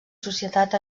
societat